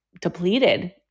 depleted